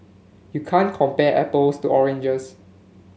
you can't compare apples to oranges